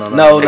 no